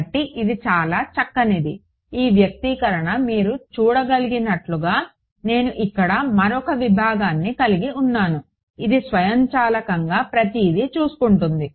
కాబట్టి ఇది చాలా చక్కనిది ఈ వ్యక్తీకరణ మీరు చూడగలిగినట్లుగా నేను ఇక్కడ మరొక విభాగాన్ని కలిగి ఉన్నాను ఇది స్వయంచాలకంగా ప్రతిదీ చూసుకుంటుంది